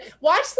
Watch